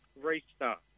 restart